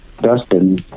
Dustin